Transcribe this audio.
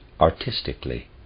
artistically